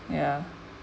ya